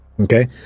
okay